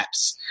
apps